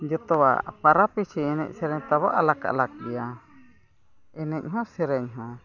ᱡᱚᱛᱚᱣᱟᱜ ᱯᱚᱨᱚᱵᱽ ᱯᱤᱪᱷᱤ ᱮᱱᱮᱡᱼᱥᱮᱨᱮᱧ ᱛᱟᱵᱚ ᱟᱞᱟᱜᱽᱼᱟᱞᱟᱜᱽ ᱜᱮᱭᱟ ᱮᱱᱮᱡ ᱦᱚᱸ ᱥᱮᱨᱮᱧ ᱦᱚᱸ